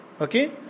Okay